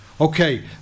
Okay